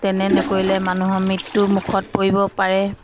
তেনে নকৰিলে মানুহৰ মৃত্যু মুখত পৰিব পাৰে